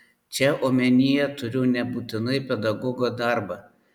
čia omenyje turiu nebūtinai pedagogo darbą